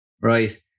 Right